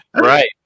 Right